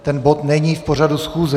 Ten bod není v pořadu schůze.